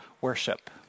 worship